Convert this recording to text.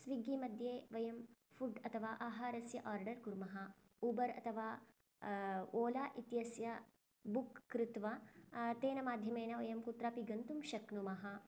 Swiggy मध्ये वयं food अथवा आहारस्य आर्डर् कुर्मः उबर् अथवा ओला इत्यस्य बुक् कृत्वा तेन माध्यमेन वयं कुत्रापि गन्तुं शक्नुमः